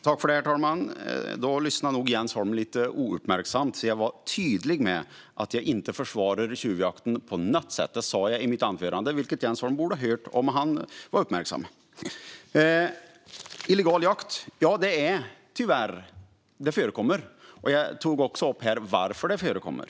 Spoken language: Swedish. Herr talman! Då lyssnade nog Jens Holm lite ouppmärksamt. Jag var tydlig med att jag inte på något sätt försvarar tjuvjakten. Det sa jag i mitt anförande, vilket Jens Holm borde ha hört om han hade varit uppmärksam. Illegal jakt förekommer tyvärr, och jag tog också upp varför det förekommer.